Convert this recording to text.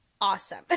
awesome